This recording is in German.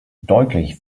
deutlich